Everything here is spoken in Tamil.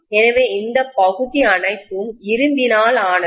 எனவே இந்த பகுதி அனைத்தும் இரும்பினால் ஆனது